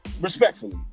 Respectfully